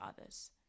others